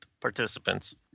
participants